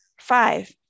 Five